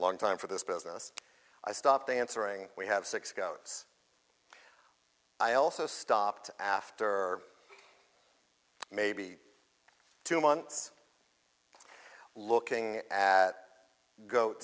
long time for this business i stopped answering we have six goats i also stopped after maybe two months looking at goat